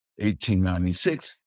1896